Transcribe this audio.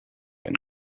ein